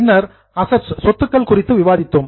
பின்னர் அசட்ஸ் சொத்துக்கள் குறித்து விவாதித்தோம்